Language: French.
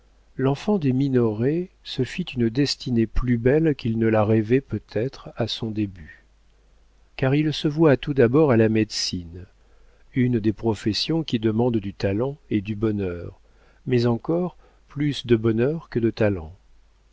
l'enfant des minoret se fit une destinée plus belle qu'il ne la rêvait peut-être à son début car il se voua tout d'abord à la médecine une des professions qui demandent du talent et du bonheur mais encore plus de bonheur que de talent